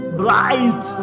bright